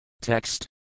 Text